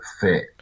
fit